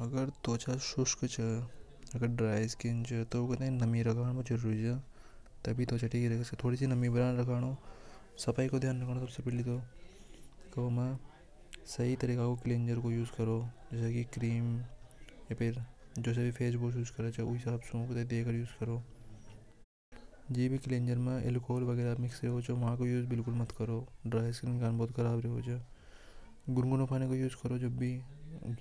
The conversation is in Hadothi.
﻿त्वचा शुष्क चेहरा अगर ड्राई स्किन जाए तभी तो सेटिंग को उसे करो जैसे की क्रीम या फिर जो सभी फेसबुक उसे करें उसे करोमिक्स हो जो मन को उसे बिल्कुल मत करो ड्राई स्किन बहुत खराब हो जाएलगाओ